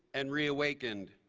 and reawaken.